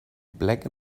black